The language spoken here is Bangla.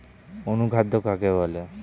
অনুখাদ্য কাকে বলে?